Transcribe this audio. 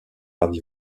avion